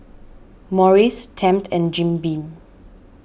Morries Tempt and Jim Beam